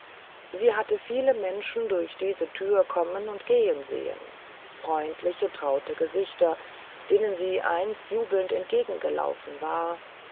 sie hatte viele menschen durch diese thür kommen und gehen sehen freundliche traute gesichter denen sie einst jubelnd entgegengelaufen war